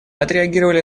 отреагировали